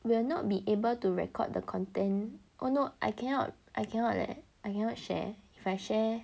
we will not be able to record the content oh no I cannot I cannot leh I cannot share if I share